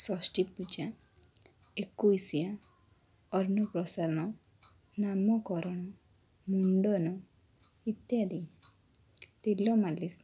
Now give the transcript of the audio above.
ଷଷ୍ଠୀପୂଜା ଏକୋଇଶିଆ ଅନ୍ନପ୍ରସନ୍ନ ନାମକରଣ ମୁଣ୍ଡନ ଇତ୍ୟାଦି ତେଲ ମାଲିସ୍